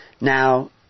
Now